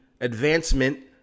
advancement